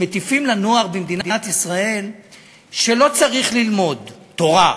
מטיפים לנוער במדינת ישראל שלא צריך ללמוד תורה.